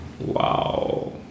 wow